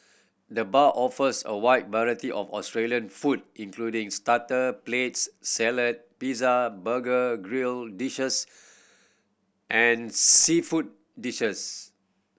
the bar offers a wide variety of Australian food including starter plates salad pizza burger grill dishes and seafood dishes